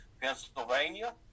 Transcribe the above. Pennsylvania